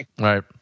Right